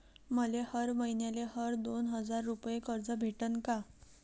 मले हर मईन्याले हर दोन हजार रुपये कर्ज भेटन का?